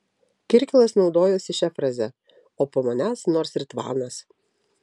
kirkilas naudojosi šia fraze o po manęs nors ir tvanas